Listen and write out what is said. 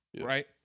right